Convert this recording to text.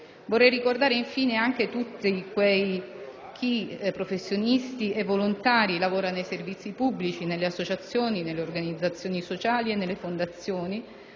infine ricordare tutti coloro che, professionisti e volontari, lavorano nei servizi pubblici, nelle associazioni, nelle organizzazioni sociali e nelle fondazioni,